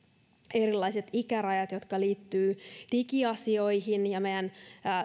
erilaiset ikärajat jotka liittyvät digiasioihin